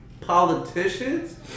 politicians